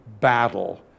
battle